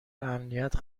امنیت